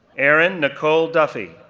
erin nicole duffy,